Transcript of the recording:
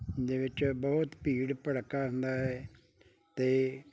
ਦੇ ਵਿੱਚ ਬਹੁਤ ਭੀੜ ਭੜੱਕਾ ਹੁੰਦਾ ਹੈ ਅਤੇ